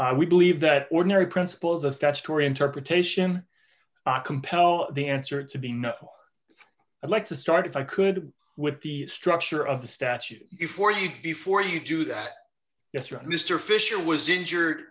suit we believe that ordinary principles of statutory interpretation compel the answer to be no i'd like to start if i could with the structure of the statute for you before you do that yes or no mr fischer was injured